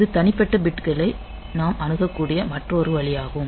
இது தனிப்பட்ட பிட்களை நாம் அணுகக்கூடிய மற்றொரு வழியாகும்